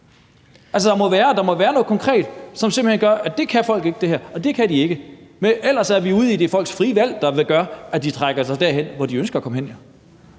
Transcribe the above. Altså, der må være noget konkret, som simpelt hen gør, at folk ikke kan det her. Ellers er vi er ude i, at det er folks frie valg, der gør, at de trækker sig derhen, hvor de ønsker at komme hen.